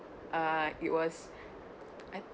uh it was I